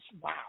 wow